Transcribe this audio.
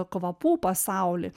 kvapų pasaulį